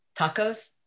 tacos